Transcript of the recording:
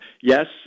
Yes